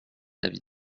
avis